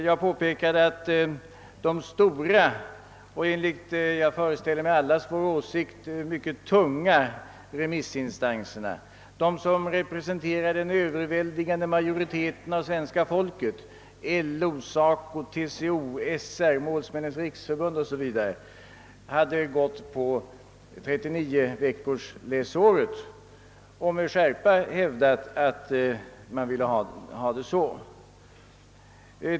Jag påpekade att de stora och, såsom jag föreställer mig, enligt allas vår åsikt tunga remissinstanserna — de som representerar den överväldigande majoriteten av svenska folket: LO, SACO, TCO, SR, Målsmännens riksförbund 0. s. v. — hade biträtt förslaget om 39 veckors läsår och med skärpa hävdat att de ville ha det så.